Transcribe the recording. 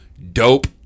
Dope